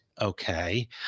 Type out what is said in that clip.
okay